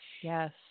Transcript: yes